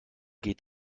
geht